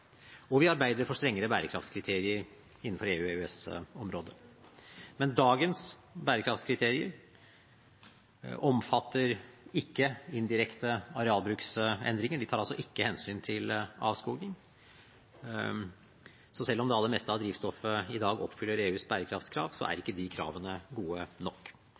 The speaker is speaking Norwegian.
Vi arbeider for strengere bærekraftskriterier innenfor EU- og EØS-området. Dagens bærekraftskriterier omfatter ikke indirekte arealbruksendringer. De tar altså ikke hensyn til avskoging. Selv om det aller meste av drivstoffet i dag oppfyller EUs bærekraftskrav, er ikke kravene gode nok.